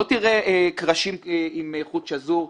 לא תראה קרשים עם חוט שזור,